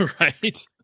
Right